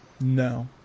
no